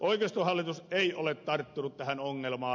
oikeistohallitus ei ole tarttunut tähän ongelmaan